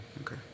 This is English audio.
okay